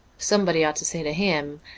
somebody ought to say to him,